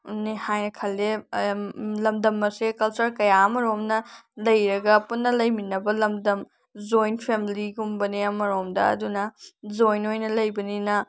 ꯅꯤ ꯍꯥꯏꯅ ꯈꯜꯂꯤ ꯂꯝꯗꯝ ꯑꯁꯦ ꯀꯜꯆꯔ ꯀꯌꯥ ꯑꯃꯔꯣꯝꯅ ꯂꯩꯔꯒ ꯄꯨꯟꯅ ꯂꯩꯃꯤꯟꯅꯕ ꯂꯝꯗꯝ ꯖꯣꯏꯟ ꯐꯦꯃꯤꯂꯤꯒꯨꯝꯕꯅꯦ ꯑꯃꯔꯣꯝꯗ ꯑꯗꯨꯅ ꯖꯣꯏꯟ ꯑꯣꯏꯅ ꯂꯩꯕꯅꯤꯅ